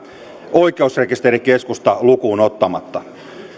oikeusrekisterikeskusta lukuun ottamatta